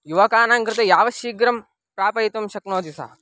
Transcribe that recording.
युवकानां कृते यावत् शीघ्रं प्रापयितुं शक्नोति सः